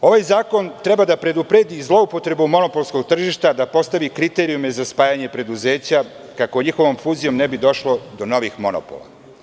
Ovaj zakon treba da predupredi zloupotrebu monopolskog tržišta, da postavi kriterijume za spajanje preduzeća kako njihovom fuzijom ne bi došlo do novih monopola.